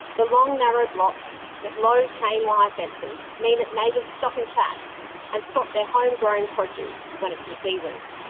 the long narrow blocks with low chainwire fences mean that neighbours stop and chat and swap their home grown produce when it's in season.